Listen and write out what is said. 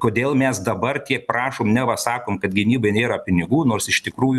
kodėl mes dabar tie prašom neva sakom kad gynybai nėra pinigų nors iš tikrųjų